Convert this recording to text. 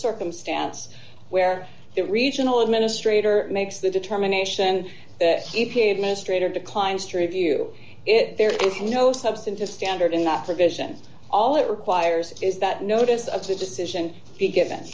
circumstance where the regional administrator makes the determination that e p a administrator declines to review it there is no substantive standard in that provision all it requires is that notice of the decision to give